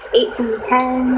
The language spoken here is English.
1810